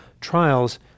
trials